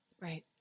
Right